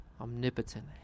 omnipotent